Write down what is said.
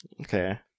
Okay